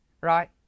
right